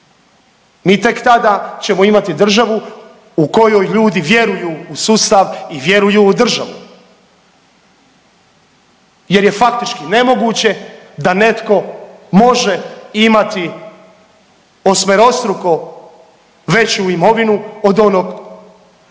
mi tek tada ćemo imati državu u kojoj ljudi vjeruju u sustav i vjeruju u državu jer je faktički nemoguće da netko može imati osmerostruko veću imovinu od onog što